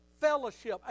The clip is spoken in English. fellowship